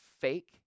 fake